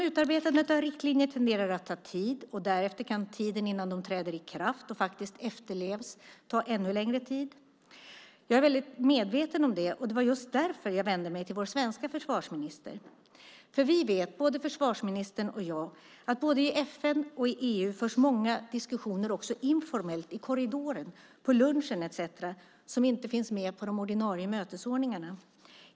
Utarbetandet av riktlinjer tenderar att ta tid, och innan de träder i kraft och faktiskt efterlevs tar det ännu längre tid. Jag är väldigt medveten om det, och det var just därför jag vände mig till vår svenska försvarsminister. Vi vet, både försvarsministern och jag, att i både FN och EU förs många diskussioner också informellt - i korridoren, på lunchen etcetera - som inte finns med på de ordinarie mötesordningarna.